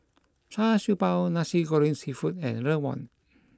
Char Siew Bao Nasi Goreng Seafood and Rawon